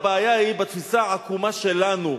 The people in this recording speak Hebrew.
הבעיה היא בתפיסה העקומה שלנו,